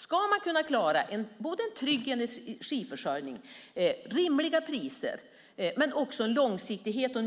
Ska man kunna klara både en trygg energiförsörjning, rimliga priser och även en långsiktighet och